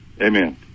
Amen